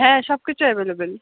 হ্যাঁ সব কিছু অ্যাভেলেবল